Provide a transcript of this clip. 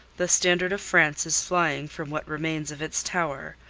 the standard of france is flying from what remains of its tower,